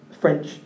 French